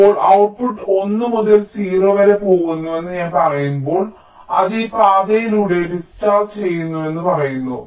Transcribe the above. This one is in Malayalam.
ഇപ്പോൾ ഔട്ട്പുട്ട് 1 മുതൽ 0 വരെ പോകുന്നുവെന്ന് ഞാൻ പറയുമ്പോൾ അത് ഈ പാതയിലൂടെ ഡിസ്ചാർജ് ചെയ്യുന്നുവെന്ന് ഞങ്ങൾ പറയുന്നു